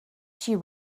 she